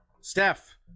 Steph